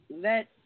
let